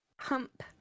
hump